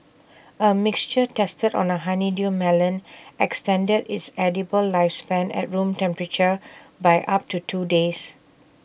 A mixture tested on A honeydew melon extended its edible lifespan at room temperature by up to two days